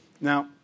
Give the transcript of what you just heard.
Now